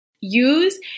use